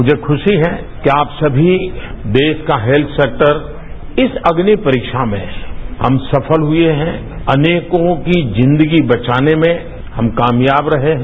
मुझे खुशी है कि आप समी देश का हेल्थ सेक्टर इस अग्नि परीक्षा में हम सफल हुए हैं अनेकों की जिंदगी बचाने में हम कामयाब रहे हैं